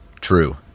True